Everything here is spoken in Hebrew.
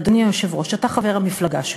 אדוני היושב-ראש, אתה חבר המפלגה שלו.